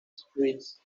streets